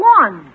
one